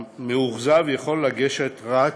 המאוכזב יכול לגשת רק